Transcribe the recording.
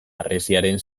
harresiaren